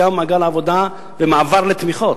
הן מעודדות יציאה ממעגל העבודה ומעבר לתמיכות.